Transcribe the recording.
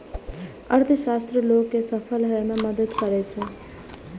अर्थशास्त्र लोग कें सफल होइ मे मदति करै छै